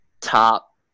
top